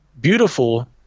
beautiful